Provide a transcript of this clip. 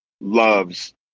loves